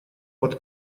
под